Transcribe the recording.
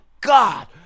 God